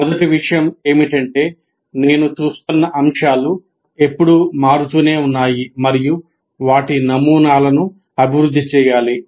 మొదటి విషయం ఏమిటంటే నేను చూస్తున్న అంశాలు ఎప్పుడూ మారుతూనే ఉన్నాయి మరియు వాటి నమూనాలను అభివృద్ధి చేయాలి